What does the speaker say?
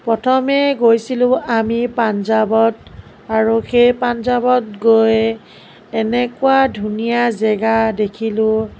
প্ৰথমে গৈছিলোঁ আমি পাঞ্জাৱত আৰু সেই পাঞ্জাৱত গৈ এনেকুৱা ধুনীয়া জেগা দেখিলোঁ